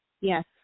Yes